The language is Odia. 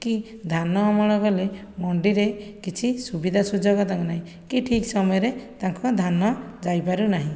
କି ଧାନ ଅମଳ କଲେ ମୁଣ୍ଡିରେ କିଛି ସୁବିଧା ସୁଯୋଗ ତାଙ୍କ ନାହିଁ କି ଠିକ ସମୟରେ ତାଙ୍କ ଧାନ ଯାଇପାରୁ ନାହିଁ